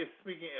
speaking